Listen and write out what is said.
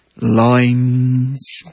lines